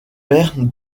paire